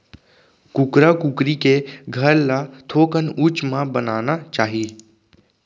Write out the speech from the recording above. कुकरा कुकरी के घर ल थोकन उच्च म बनाना चाही